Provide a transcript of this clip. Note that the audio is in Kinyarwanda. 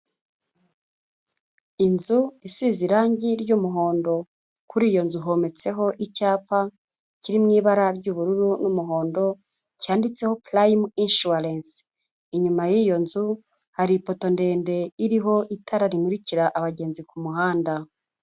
Inzu isize irangi ry'umuhondo, kuri iyo nzu hometseho icyapa kiri mu ibara ry'ubururu n'umuhondo, cyanditseho Prime insurance, inyuma y'iyo nzu hari ipoto ndende iriho itara rimurikira abagenzi ku muhanda.